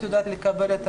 (ג)פסקאות משנה (א) ו-(ב)